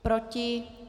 Proti?